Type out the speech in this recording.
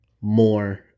more